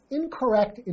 incorrect